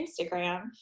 Instagram